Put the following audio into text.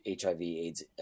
HIV-AIDS